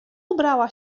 ubrała